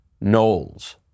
Knowles